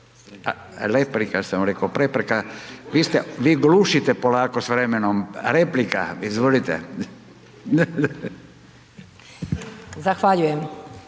Replika sam rekao, prepreka. Vi glušite polako s vremenom, replika. Izvolite. **Strenja,